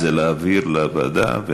בעד, זה להעביר לוועדה.